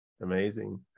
Amazing